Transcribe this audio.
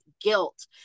guilt